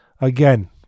Again